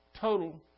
total